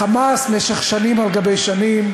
ה"חמאס", במשך שנים על שנים,